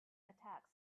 attacks